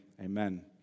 Amen